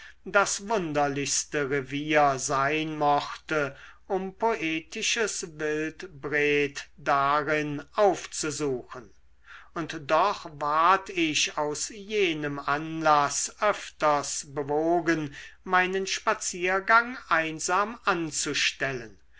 das wunderlichste revier sein mochte um poetisches wildbret darin aufzusuchen und doch ward ich aus jenem anlaß öfters bewogen meinen spaziergang einsam anzustellen